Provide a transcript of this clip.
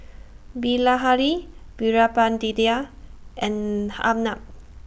Bilahari Veerapandiya and Arnab